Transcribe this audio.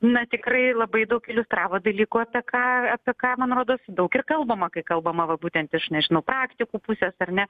na tikrai labai daug iliustravo dalykų apie ką apie ką man rodos daug ir kalbama kai kalbama va būtent iš nežinau praktikų pusės ar ne